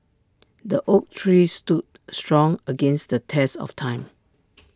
the oak tree stood strong against the test of time